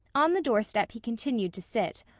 on the doorstep he continued to sit,